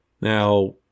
Now